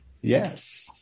yes